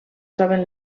troben